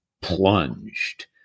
plunged